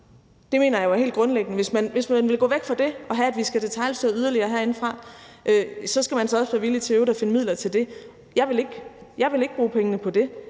midler forsvarligt, men hvis man vil gå væk fra det og have, at vi skal detailstyre yderligere herindefra, skal man så også være villig til i øvrigt at finde midler til det. Jeg ville ikke bruge pengene på det,